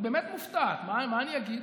היא באמת מופתעת, מה אני אגיד.